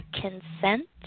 consent